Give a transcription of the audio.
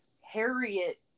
Harriet